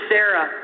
Sarah